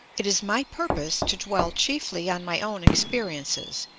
it is my purpose to dwell chiefly on my own experiences,